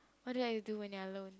what do you do when you're alone